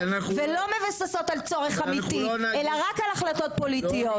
ולא מבוססות על צורך אמיתי אלא רק על החלטות פוליטיות.